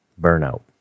burnout